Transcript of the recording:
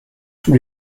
tous